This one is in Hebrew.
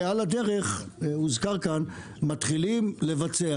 ועל הדרך מתחילים לבצע,